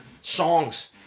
Songs